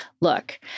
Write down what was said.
look